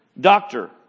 doctor